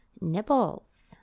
nipples